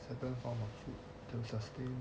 that the form of food to sustain